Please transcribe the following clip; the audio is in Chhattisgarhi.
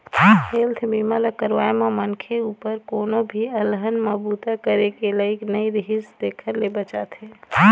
हेल्थ बीमा ल करवाए म मनखे उपर कोनो भी अलहन म बूता करे के लइक नइ रिहिस तेखर ले बचाथे